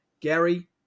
Gary